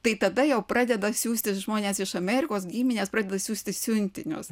tai tada jau pradeda siųsti žmonės iš amerikos giminės pradeda siųsti siuntinius